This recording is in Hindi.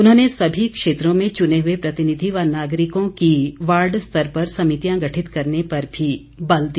उन्होंने सभी क्षेत्रों में चुने हुए प्रतिनिधि व नागरिकों की वार्ड स्तर पर समितियां गठित करने पर भी बल दिया